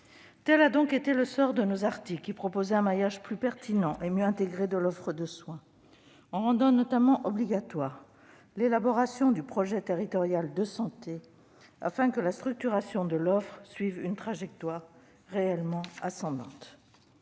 Tel a donc été le sort de nos articles, qui prévoyaient un maillage plus pertinent et mieux intégré de l'offre de soins, en rendant notamment obligatoire l'élaboration du projet territorial de santé, afin que la structuration de l'offre suive une trajectoire réellement ascendante.